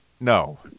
No